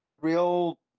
real